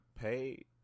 pay